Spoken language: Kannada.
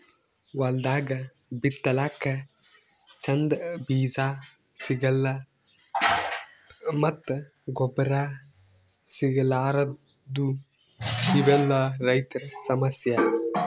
ಹೊಲ್ದಾಗ ಬಿತ್ತಲಕ್ಕ್ ಚಂದ್ ಬೀಜಾ ಸಿಗಲ್ಲ್ ಮತ್ತ್ ಗೊಬ್ಬರ್ ಸಿಗಲಾರದೂ ಇವೆಲ್ಲಾ ರೈತರ್ ಸಮಸ್ಯಾ